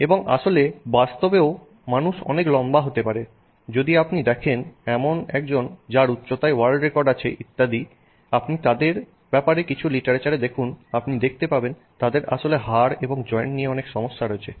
এবং আসলে বাস্তবেও মানুষ অনেক লম্বা হতে পারে যদি আপনি দেখেন এমন একজন যার উচ্চতায় ওয়ার্ল্ড রেকর্ড আছে ইত্যাদি আপনি তাদের ব্যাপারে কিছু লিটারেচার দেখুন আপনি দেখতে পাবেন তাদের আসলে হাড় এবং জয়েন্ট নিয়ে অনেক সমস্যা আছে